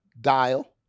dial